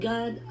God